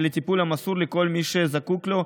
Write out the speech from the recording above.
ולטיפול מסור לכל מי שזקוק לו,